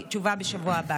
תשובה, בשבוע הבא.